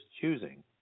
choosing